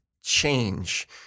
change